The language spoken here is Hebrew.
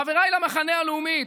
חבריי למחנה הלאומי,